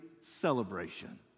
celebration